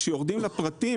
כאשר יורדים לפרטים: